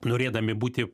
norėdami būti